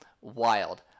wild